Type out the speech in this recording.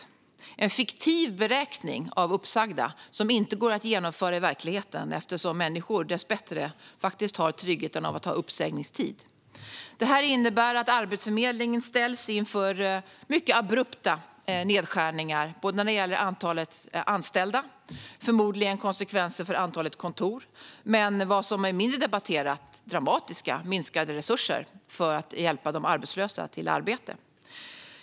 Detta är en fiktiv beräkning av uppsagda som inte går att genomföra i verkligheten eftersom människor dess bättre har tryggheten att ha uppsägningstid. Det hela innebär att Arbetsförmedlingen ställs inför mycket abrupta nedskärningar när det gäller antalet anställda. Det får förmodligen konsekvenser även för antalet kontor. Men det handlar också om något som är mindre omdebatterat: dramatiskt minskade resurser för att hjälpa de arbetslösa till arbete.